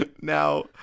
Now